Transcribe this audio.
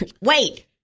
wait